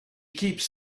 keeps